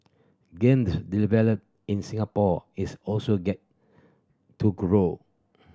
games development in Singapore is also get to grow